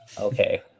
okay